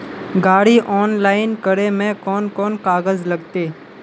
गाड़ी ऑनलाइन करे में कौन कौन कागज लगते?